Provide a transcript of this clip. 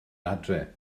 adref